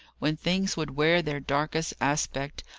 when things would wear their darkest aspect,